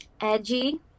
edgy